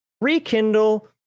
rekindle